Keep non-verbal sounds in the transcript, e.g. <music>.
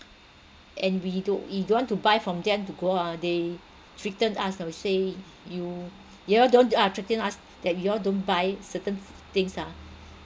and we do we don't want to buy from them to go ah they threaten us they'll say you <breath> you all don't ah threaten us that you all don't buy certain things ah